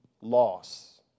loss